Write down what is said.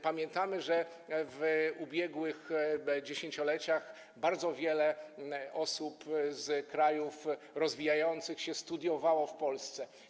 Pamiętamy, że w ubiegłych dziesięcioleciach bardzo wiele osób z krajów rozwijających się studiowało w Polsce.